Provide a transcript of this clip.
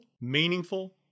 meaningful